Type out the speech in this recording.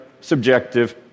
subjective